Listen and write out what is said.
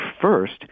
first